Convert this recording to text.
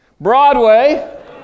Broadway